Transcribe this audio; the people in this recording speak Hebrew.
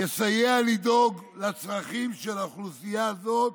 יסייע לדאוג לאוכלוסייה הזאת